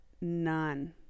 none